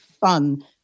fun